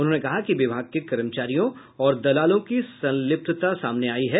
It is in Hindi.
उन्होंने कहा कि विभाग के कर्मचारियों और दलालों की संलिप्तता सामने आई है